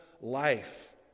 life